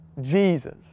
Jesus